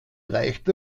reicht